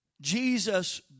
Jesus